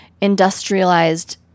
industrialized